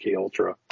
Ultra